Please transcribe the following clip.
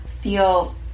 feel